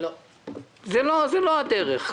זו לא הדרך.